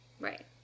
Right